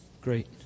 Great